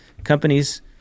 Companies